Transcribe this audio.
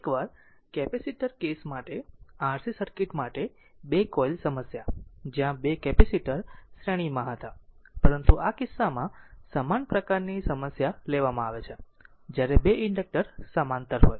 એકવાર capacitor case માટે RC circuit માટે 2 કોઇલ સમસ્યા જ્યાં 2 કેપેસિટર શ્રેણીમાં હતા પરંતુ આ કિસ્સામાં સમાન પ્રકારની સમસ્યા લેવામાં આવે છે જ્યારે 2 ઇન્ડક્ટર સમાંતર હોય